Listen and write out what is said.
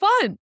fun